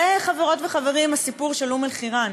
זה, חברות וחברים, הסיפור של אום-אלחיראן,